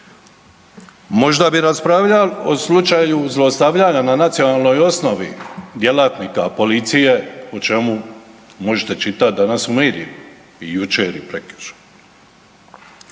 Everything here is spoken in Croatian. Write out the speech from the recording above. Možda bi raspravljali o slučaju zlostavljanja na nacionalnoj osnovi djelatnika policije o čemu možete čitati danas u medijima i jučer i prekjučer.